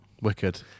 wicked